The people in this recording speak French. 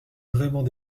vraiment